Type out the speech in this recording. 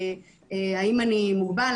האם אני מוגבל,